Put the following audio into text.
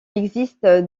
existe